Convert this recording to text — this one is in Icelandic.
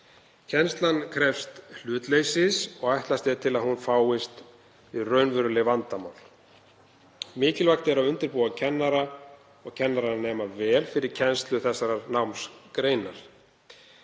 Kennslan krefst hlutleysis og ætlast er til að hún fáist við raunveruleg vandamál. Mikilvægt er að undirbúa kennara og kennaranema vel fyrir kennslu þessarar námsgreinar.